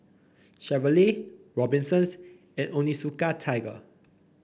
Chevrolet Robinsons and Onitsuka Tiger